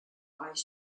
his